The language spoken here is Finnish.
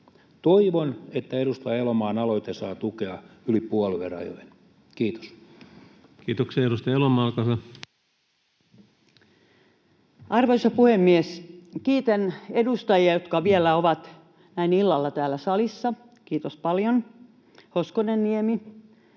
Toivon, että edustaja Elomaan aloite saa tukea yli puoluerajojen. — Kiitos. Kiitoksia. — Edustaja Elomaa, olkaa hyvä. Arvoisa puhemies! Kiitän edustajia, jotka vielä näin illalla ovat täällä salissa — kiitos paljon,